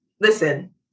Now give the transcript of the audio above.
Listen